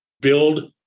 build